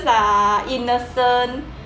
are innocent